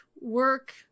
work